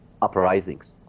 Uprisings